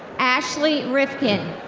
ashley rifkin.